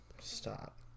Stop